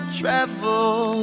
travel